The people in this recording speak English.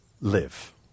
live